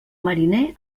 mariner